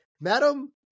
Madam